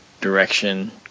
direction